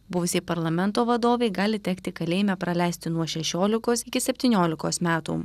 buvusiai parlamento vadovei gali tekti kalėjime praleisti nuo šešiolikos iki septyniolikos metų